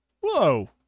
Whoa